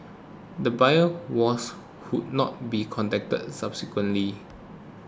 the buyer was could not be contacted subsequently